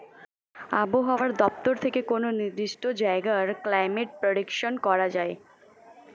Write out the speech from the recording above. আবহাওয়া দপ্তর থেকে কোনো নির্দিষ্ট জায়গার ক্লাইমেট প্রেডিকশন করা যায়